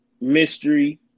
mystery